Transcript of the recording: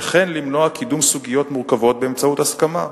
וכן למנוע קידום סוגיות מורכבות באמצעות הסכמה,